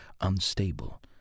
unstable